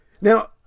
Now